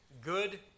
good